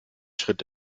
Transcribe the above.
schritt